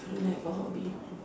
I don't have a hobby